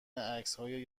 عکسهای